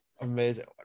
amazing